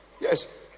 Yes